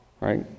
right